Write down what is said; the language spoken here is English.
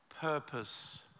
purpose